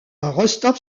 rostov